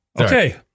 Okay